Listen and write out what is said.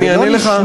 אני אענה לך,